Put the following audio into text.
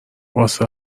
واسه